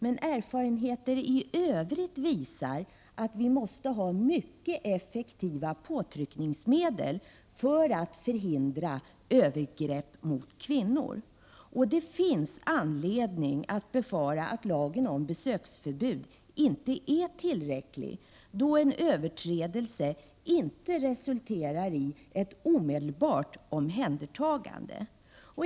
Men erfarenheter i Övrigt visar att vi måste ha mycket effektiva påtryckningsmedel för att förhindra övergrepp mot kvinnor. Det finns anledning att befara att lagen om besöksförbud inte är tillräcklig, eftersom en överträdelse av lagen inte resulterar i ett omedelbart omhändertagande.